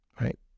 right